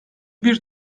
bir